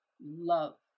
love